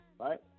right